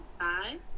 five